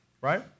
right